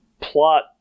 plot